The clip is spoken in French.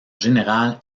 général